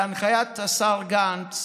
בהנחיית השר גנץ,